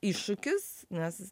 iššūkis nes